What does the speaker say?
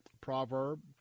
proverb